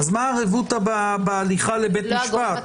מה הרבותא בהליכה לבית משפט?